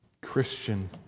Christian